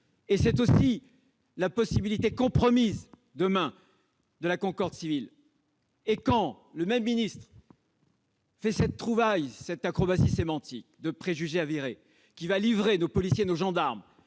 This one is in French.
jungle et la possibilité compromise, demain, de la concorde civile. Quand le même ministre fait cette trouvaille, cette acrobatie sémantique de « soupçon avéré », qui va livrer nos policiers et nos gendarmes